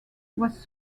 was